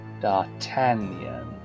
D'Artagnan